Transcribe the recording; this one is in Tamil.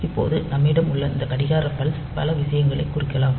இப்போது நம்மிடம் உள்ள இந்த கடிகார பல்ஸ் பல விஷயங்களைக் குறிக்கலாம்